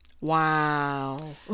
wow